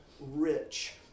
rich